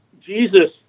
Jesus